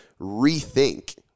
rethink